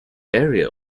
area